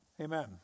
Amen